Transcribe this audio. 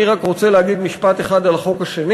אני רק רוצה להגיד משפט אחד על החוק השני